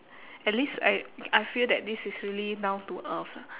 at least I I feel that this is really down to earth